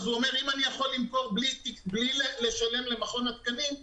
אז הוא אומר: אם אני יכול למכור בלי לשלם למכון התקנים,